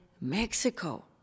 Mexico